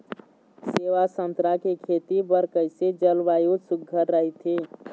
सेवा संतरा के खेती बर कइसे जलवायु सुघ्घर राईथे?